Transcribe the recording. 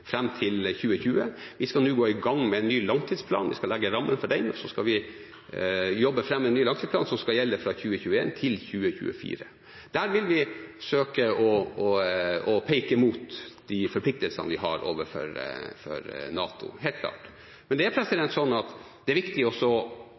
til 2020, og vi skal nå gå i gang med å legge rammene for og jobbe fram en ny langtidsplan som skal gjelde fra 2021 til 2024. Der vil vi søke å peke mot de forpliktelsene vi har overfor NATO – helt klart. Men det er